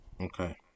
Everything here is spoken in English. Okay